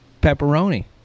Pepperoni